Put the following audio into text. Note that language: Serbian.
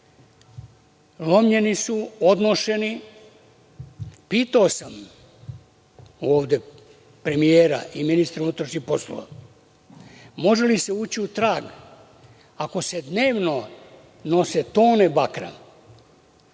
lomljeni su, odnošeni. Pitao sam ovde premijera i ministra unutrašnjih poslova – može li se ući u trag ako se dnevno nose tone bakra,